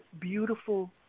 beautiful